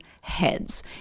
heads